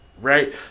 right